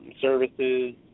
services